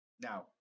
Now